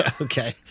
Okay